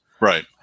Right